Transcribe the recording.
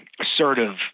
assertive